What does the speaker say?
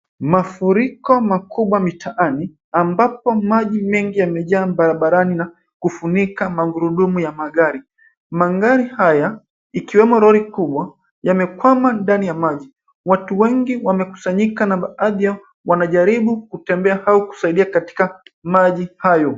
Mafuriko makubwa mitaani ambapo maji mengi yamejaa barabarani na kufunika magurudumu ya magari. Magari haya, ikiwemo lori kubwa, yamekwama ndani ya maji. Watu wengi wamekusanyika na baadhi yao wanajaribu kutembea au kusaidia katika maji hayo.